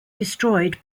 destroyed